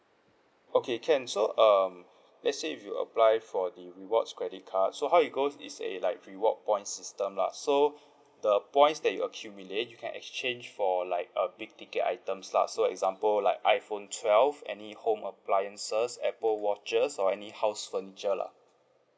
okay can so um let's say if you apply for the rewards credit card so how it goes is a like reward points system lah so the points that you accumulate you can exchange for like a big ticket items lah so example like iphone twelve any home appliances apple watches or any house furniture lah